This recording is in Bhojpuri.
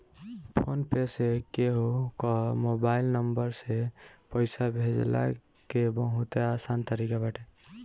फ़ोन पे से केहू कअ मोबाइल नंबर से पईसा भेजला के बहुते आसान तरीका बाटे